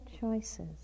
choices